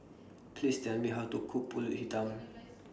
Please Tell Me How to Cook Pulut Hitam